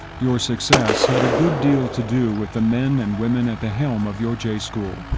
your success had a good deal to do with the men and women at the helm of your j school,